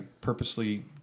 purposely